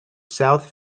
south